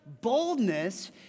boldness